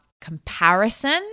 comparison